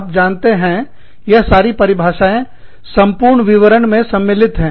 आप जानते हैं यह सारी परिभाषाएंसंपूर्ण विवरण में सम्मिलित है